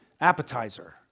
appetizer